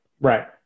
Right